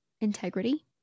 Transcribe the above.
integrity